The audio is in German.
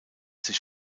sich